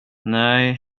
nej